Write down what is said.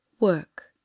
work